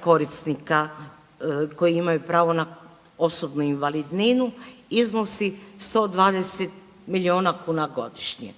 korisnika koji imaju pravo na osobnu invalidninu iznosi 120 milijuna kuna godišnje,